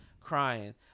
crying